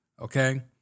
okay